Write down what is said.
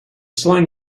slang